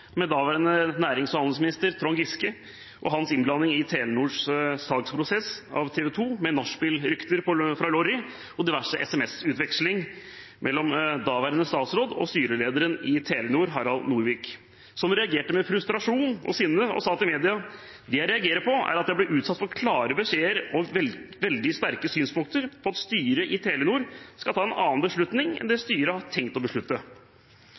med daværende nærings- og handelsminister Trond Giske og hans innblanding i Telenors salgsprosess av TV 2, med nachspielrykter fra Lorry og diverse SMS-utvekslinger mellom daværende statsråd og styrelederen i Telenor, Harald Norvik, som reagerte med frustrasjon og sinne og sa til media: «Det jeg reagerer på er at jeg blir utsatt for klare beskjeder og veldig sterke synspunkter på at styret i Telenor skal ta en annen beslutning enn det styret har tenkt å beslutte.»